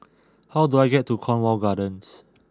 how do I get to Cornwall Gardens